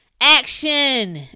action